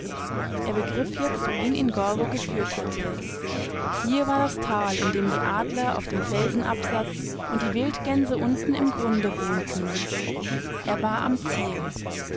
er begriff jetzt wohin ihn gorgo geführt hatte hier war das tal in dem die adler auf dem felsenabsatz und die wildgänse unten im grunde wohnten er war am ziel